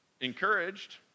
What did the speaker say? encouraged